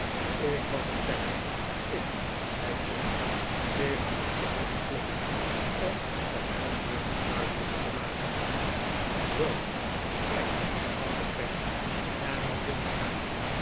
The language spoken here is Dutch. ik was het peg ik zei gride zich op de borst kloppend om zijn antwoord nog duidelijker te maken zoo gij hervatte peg en wat wilt gij